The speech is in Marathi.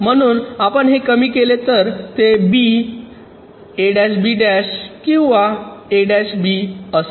म्हणून आपण हे कमी केले तर ते किंवा असेल